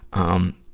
um,